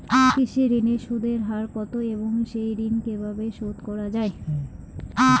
কৃষি ঋণের সুদের হার কত এবং এই ঋণ কীভাবে শোধ করা য়ায়?